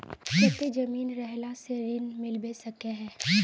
केते जमीन रहला से ऋण मिलबे सके है?